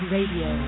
Radio